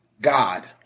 God